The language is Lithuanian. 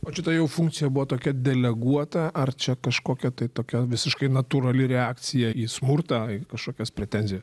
o šita jau funkcija buvo tokia deleguota ar čia kažkokia tai tokia visiškai natūrali reakcija į smurtą į kažkokias pretenzijas